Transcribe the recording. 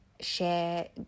share